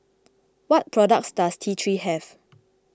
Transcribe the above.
what products does T three have